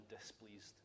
displeased